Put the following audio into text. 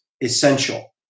essential